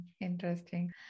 Interesting